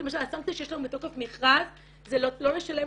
למשל הסנקציות שיש לנו מתוקף מכרז זה לא לשלם